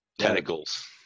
Tentacles